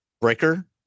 breaker